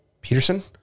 Peterson